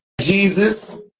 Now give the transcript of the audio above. Jesus